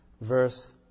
Verse